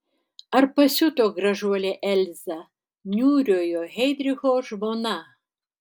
ar pasiuto gražuolė elza niūriojo heidricho žmona